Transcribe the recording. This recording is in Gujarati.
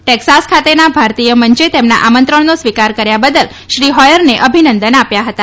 ટેક્સાસ ખાતેના ભારતીય મંચે તેમના આમંત્રણનો સ્વીકાર કર્યા બદલ શ્રી હોયરને અભિનંદન આપ્યા હતા